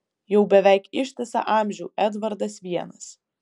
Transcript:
jau beveik ištisą amžių edvardas vienas